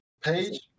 page